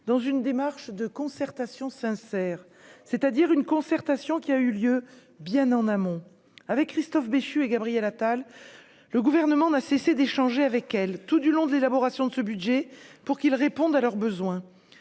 dans une démarche de concertation sincère, c'est-à-dire une concertation qui a eu lieu, bien en amont, avec Christophe Béchu et Gabriel Attal, le gouvernement n'a cessé d'échanger avec elle tout du long, de l'élaboration de ce budget pour qu'ils répondent à leurs besoins,